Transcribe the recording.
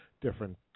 different